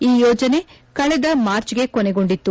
ಈ ಯೋಜನೆ ಕಳೆದ ಮಾರ್ಚ್ಗೆ ಕೊನೆಗೊಂಡಿತ್ತು